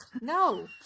no